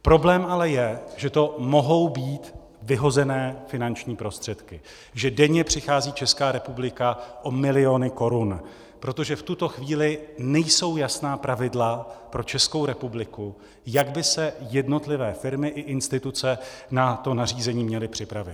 Problém ale je, že to mohou být vyhozené finanční prostředky, že denně přichází Česká republika o miliony korun, protože v tuto chvíli nejsou jasná pravidla pro Českou republiku, jak by se jednotlivé firmy i instituce na to nařízení měly připravit.